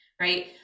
right